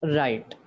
right